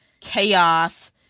chaos